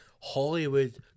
Hollywood